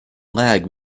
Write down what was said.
lag